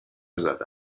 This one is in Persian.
زده